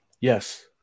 Yes